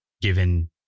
given